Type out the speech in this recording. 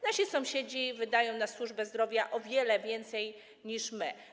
Nasi sąsiedzi wydają na służbę zdrowia o wiele więcej niż my.